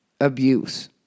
abuse